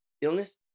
illness